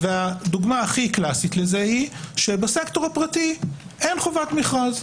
והדוגמה הכי קלאסית לזה היא שבסקטור הפרטי אין חובת מכרז.